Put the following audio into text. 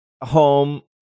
home